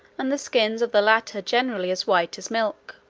and the skins of the latter generally as white as milk.